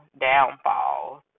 downfalls